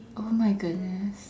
oh my goodness